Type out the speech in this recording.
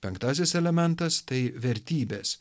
penktasis elementas tai vertybės